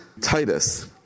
Titus